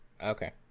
okay